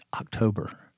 October